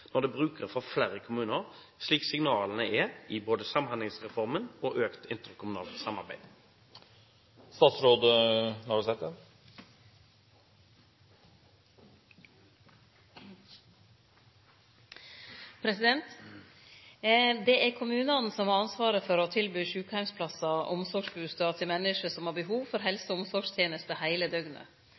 når det er brukere fra flere kommuner slik signalene er i Samhandlingsreformen og interkommunalt samarbeid?» Det er kommunane som har ansvaret for å tilby sjukeheimsplassar og omsorgsbustader til menneske som har behov for helse- og omsorgstenester heile døgnet.